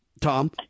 Tom